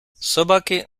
собаки